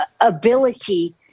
ability